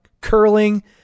curling